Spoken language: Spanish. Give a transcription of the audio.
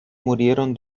murieron